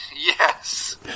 yes